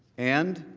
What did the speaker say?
and